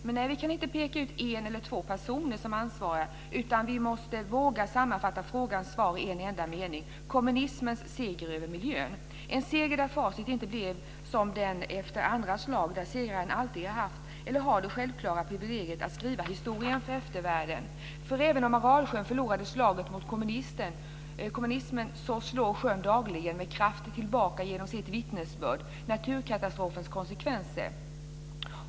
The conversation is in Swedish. Men nej, vi kan inte peka ut en eller två personer som ansvariga, utan vi bör våga sammanfatta frågans svar i en mening: kommunismens seger över miljön. Det var en seger där facit inte blev som efter andra slag där segraren alltid har eller har haft det självklara privilegiet att skriva historien för eftervärlden. Även om Aralsjön förlorade slaget mot kommunismen slår sjön genom sitt vittnesbörd dagligen med kraft tillbaka naturkatastrofens konsekvenser.